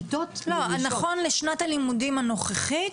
נכון לשנת הלימודים הנוכחית.